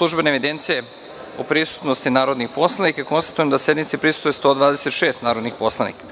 službene evidencije o prisutnosti narodnih poslanika, konstatujem da sednici prisustvuje 126 narodnih poslanika.